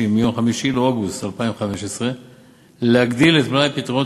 360 מיום 5 באוגוסט 2015 להגדיל את מלאי פתרונות